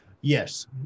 Yes